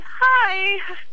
hi